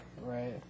Right